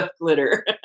glitter